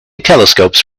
telescopes